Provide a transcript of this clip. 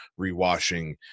rewashing